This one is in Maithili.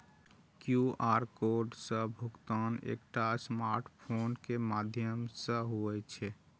क्यू.आर कोड सं भुगतान एकटा स्मार्टफोन के माध्यम सं होइ छै